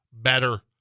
better